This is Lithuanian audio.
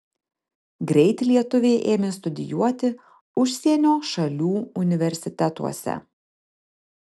greit lietuviai ėmė studijuoti užsienio šalių universitetuose